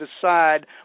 decide